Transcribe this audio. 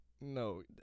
No